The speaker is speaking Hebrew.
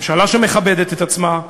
ממשלה שמכבדת את עצמה,